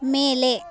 ಮೇಲೆ